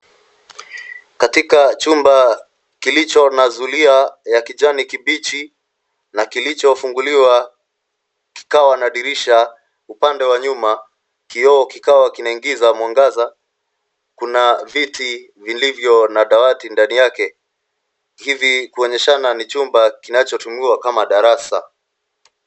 Katika chumba kilicho na zulia ya kijani kibichi na kilicho funguliwa kikawa na dirisha upande wa nyuma kioo kikawa kinaingiza mwangaza kuna viti vilvyo na dawati ndani yake hivi kuonyeshana ni chumba kinachotumiwa kama darasa.